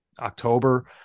October